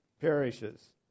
perishes